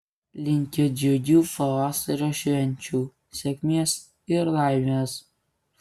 linkiu džiugių pavasario švenčių sėkmės ir laimės